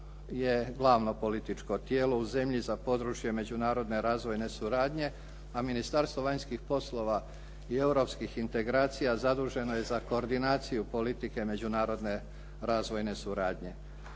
je glavno političko tijelo u zemlji za područje međunarodne razvojne suradnje a Ministarstvo vanjskih poslova i europskih integracija zaduženo je za koordinaciju politike međunarodne razvojne suradnje.